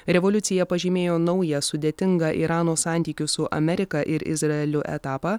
revoliucija pažymėjo naują sudėtingą irano santykių su amerika ir izraeliu etapą